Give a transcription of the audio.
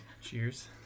Cheers